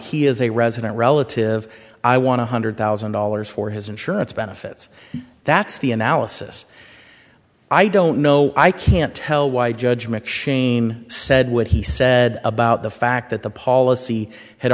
he is a resident relative i want to hundred thousand dollars for his insurance benefits that's the analysis i don't know i can't tell why judgment shane said what he said about the fact that the policy had